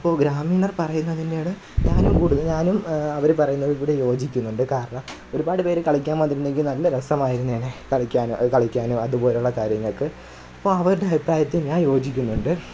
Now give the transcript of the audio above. അപ്പോൾ ഗ്രാമീണർ പറയുന്നതിനോട് ഞാനും കൂടുതൽ ഞാനും അവർ പറയുന്നതിനോട് യോജിക്കുന്നുണ്ട് കാരണം ഒരുപാട് പേർ കളിക്കാൻ വന്നിരുന്നെങ്കിൽ നല്ല രസമായിരുന്നേനെ കളിക്കാനും കളിക്കാനും അതുപോലെയുള്ള കാര്യങ്ങൾക്ക് അപ്പോൾ അവരുടെ അഭിപ്രായത്തിൽ ഞാൻ യോജിക്കുന്നുണ്ട്